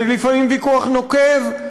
לפעמים זה ויכוח נוקב,